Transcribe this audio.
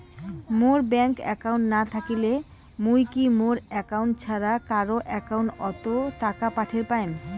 মোর bank account না থাকিলে মুই কি মোর একাউন্ট ছাড়া কারো একাউন্ট অত টাকা পাঠের পাম?